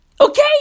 Okay